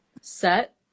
set